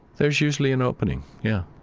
there's usually an opening, yeah